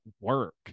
work